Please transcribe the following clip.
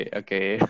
okay